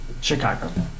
Chicago